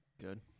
Good